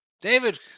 David